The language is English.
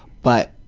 but,